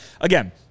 Again